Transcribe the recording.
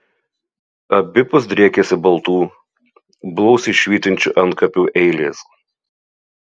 abipus driekėsi baltų blausiai švytinčių antkapių eilės